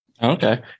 Okay